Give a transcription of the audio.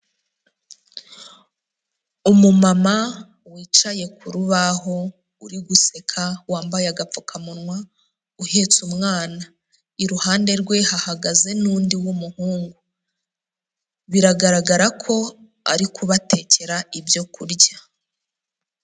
Umumama wicaye ku rubaho uri guseka wambaye agapfukamunwa uhetse umwana, iruhande rwe hahagaze n'undi w'umuhungu, biragaragara ko ari kubatekera ibyoku kurya.